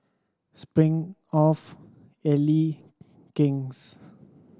Smirnoff Elle King's